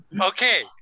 Okay